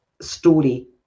story